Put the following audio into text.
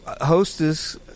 Hostess